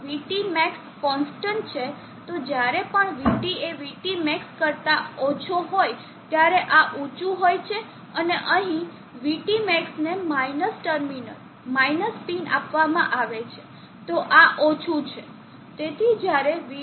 VTmax constant છે તો જ્યારે પણ VT એ VTmax કરતા ઓછો હોય ત્યારે આ ઉચું હોય છે અને અહીં VTmax ને માઇનસ ટર્મિનલ માઈનસ પિન આપવામાં આવે છે તો આ ઓછું છે